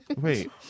Wait